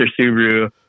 subaru